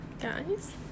guys